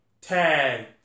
tag